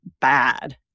bad